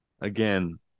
again